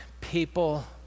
people